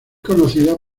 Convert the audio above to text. conocida